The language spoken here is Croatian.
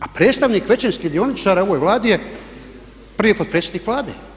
A predstavnik većinskih dioničara u ovoj Vladi je prvi potpredsjednik Vlade.